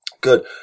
Good